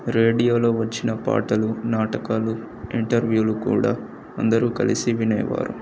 రేడియోలో వచ్చిన పాటలు నాటకాలు ఇంటర్వ్యూలు కూడా అందరూ కలిసి వినేయవారు